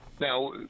Now